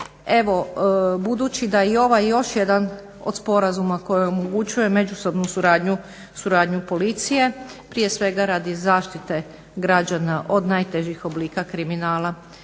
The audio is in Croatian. Evo budući da i ovaj još jedan od sporazuma koji omogućuje međusobnu suradnju policije, prije svega radi zaštite građana od najtežih oblika kriminala